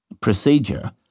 procedure